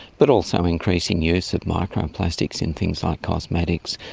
but also increasing use of micro plastics in things like cosmetics,